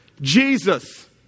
Jesus